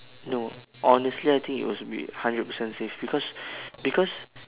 no honestly I think it was be hundred percent safe because because